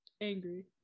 angry